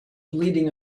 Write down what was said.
bleeding